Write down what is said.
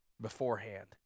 beforehand